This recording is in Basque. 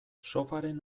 sofaren